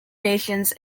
nations